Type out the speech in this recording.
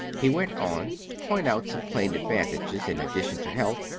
he went on to point out some plain advantages, in addition to health,